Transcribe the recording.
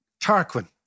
Tarquin